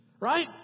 Right